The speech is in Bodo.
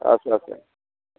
आदसा आदसा